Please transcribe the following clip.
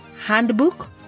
handbook